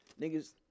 Niggas